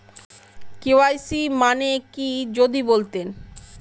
KYC মানে কি যদি বলতেন?